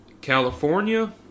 California